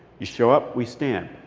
you show up, we stamp.